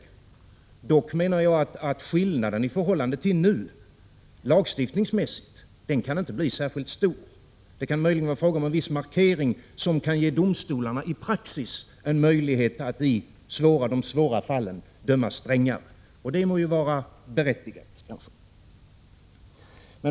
Dock menar jag att skillnaden i förhållande till nu lagstiftningsmässigt inte kan bli särskilt stor. Möjligen kan det vara fråga om en viss markering som kan ge domstolarna en möjlighet i praxis att i de svåra fallen döma strängare, och det må vara berättigat.